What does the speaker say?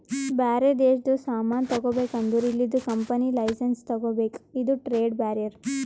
ಬ್ಯಾರೆ ದೇಶದು ಸಾಮಾನ್ ತಗೋಬೇಕ್ ಅಂದುರ್ ಇಲ್ಲಿದು ಕಂಪನಿ ಲೈಸೆನ್ಸ್ ತಗೋಬೇಕ ಇದು ಟ್ರೇಡ್ ಬ್ಯಾರಿಯರ್